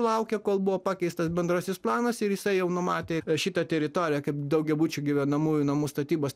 laukė kol buvo pakeistas bendrasis planas ir jisai jau numatė šitą teritoriją kaip daugiabučių gyvenamųjų namų statybos